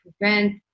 prevent